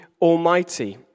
Almighty